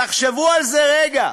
תחשבו על זה רגע,